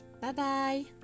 Bye-bye